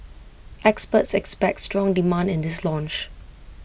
experts expect strong demand in this launch